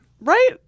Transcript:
Right